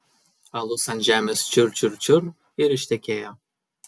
alus ant žemės čiur čiur čiur ir ištekėjo